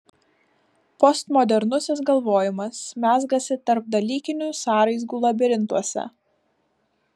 postmodernusis galvojimas mezgasi tarpdalykinių sąraizgų labirintuose